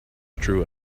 true